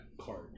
card